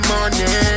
Money